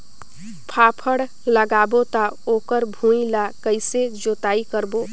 फाफण लगाबो ता ओकर भुईं ला कइसे जोताई करबो?